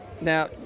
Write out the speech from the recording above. now